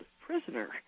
prisoner